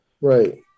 Right